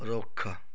ਰੁੱਖ